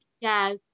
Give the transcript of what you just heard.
Yes